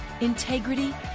integrity